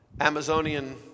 Amazonian